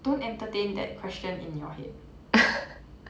don't entertain that question in your head